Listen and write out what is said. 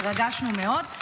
התרגשנו מאוד.